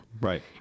right